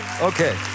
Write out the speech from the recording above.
Okay